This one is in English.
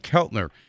Keltner